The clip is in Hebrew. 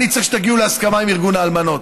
אני צריך שתגיעו להסכמה עם ארגון האלמנות.